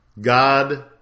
God